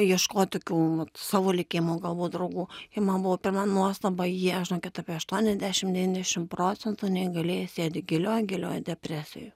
ieškot tokių vat savo likimo galbūt draugų ji man buvo pirma nuostaba jie žinokit apie aštuoniasdešim devyniasdešim procentų neįgalieji sėdi gilioj gilioj depresijoj